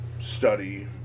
study